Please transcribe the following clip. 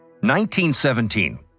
1917